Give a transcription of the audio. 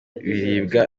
biribwa